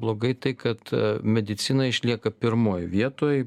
blogai tai kad medicina išlieka pirmoj vietoj